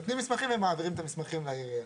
הם מקבלים מסמכים ומעבירים את המסמכים לעירייה.